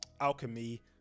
alchemy